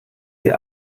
sie